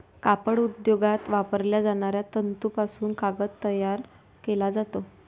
कापड उद्योगात वापरल्या जाणाऱ्या तंतूपासून कागद तयार केला जातो